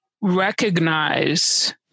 recognize